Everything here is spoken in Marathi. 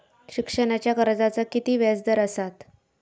शिक्षणाच्या कर्जाचा किती व्याजदर असात?